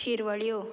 शिरवळ्यो